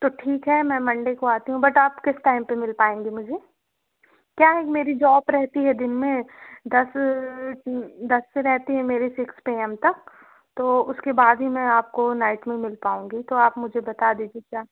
तो ठीक है मैं मंडे को आती हूँ बट आप किस टाइम पर मिल पाएंगे मुझे क्या है मेरी जॉब रहती है दिन में दस दस से रहती है मेरी सिक्स पी एम तक तो उसके बाद ही मैं आपको नाइट में मिल पाऊँगी तो आप मुझे बता दीजिए क्या